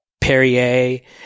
Perrier